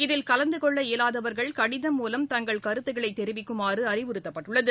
இதில் கலந்துகொள்ள இயலாதவர்கள் தங்கள் கடிதம் மூலம் கருத்துக்களைதெரிவிக்குமாறுஅறிவுறுத்தப்பட்டுள்ளது